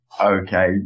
Okay